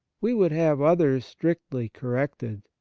we would have others strictly corrected,